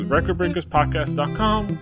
Recordbreakerspodcast.com